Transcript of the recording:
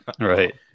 Right